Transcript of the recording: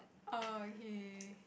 okay